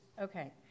Okay